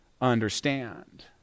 understand